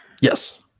Yes